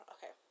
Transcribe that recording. Okay